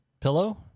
Pillow